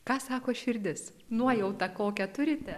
ką sako širdis nuojauta kokią turite